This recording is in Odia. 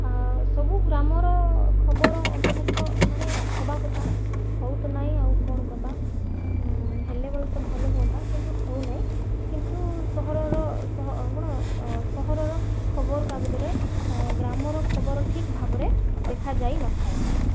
ସବୁ ଗ୍ରାମର ଖବର ଅନ୍ତର୍ଭୁକ୍ତ ମାନେ ଖବା କଥା ହଉ ତ ନାଇଁ ଆଉ କ'ଣ କରିବା ହେଲେ ବଲେ ତ ଭଲ ହୁଅନ୍ତା କିନ୍ତୁ ହଉନାଇଁ କିନ୍ତୁ ସହରର କ'ଣ ସହରର ଖବରକାଗଜରେ ଗ୍ରାମର ଖବର ଠିକ୍ ଭାବରେ ଦେଖାଯାଇ ନଥାଏ